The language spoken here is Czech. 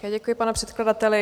Také děkuji, pane předkladateli.